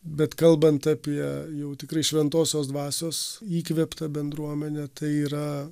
bet kalbant apie jau tikrai šventosios dvasios įkvėptą bendruomenę tai yra